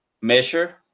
measure